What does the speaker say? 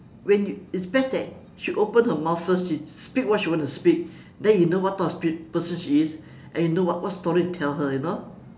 when it's best that she open her mouth first she speak what she want to speak then you know what type of pe~ person she is and you know what what story to tell her you know